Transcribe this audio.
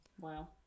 wow